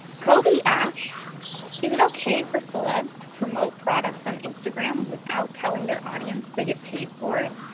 kobi asks is it okay for celebs to promote products on instagram without telling their audience they get paid for it?